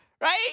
Right